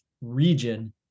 region